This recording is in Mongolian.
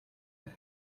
байв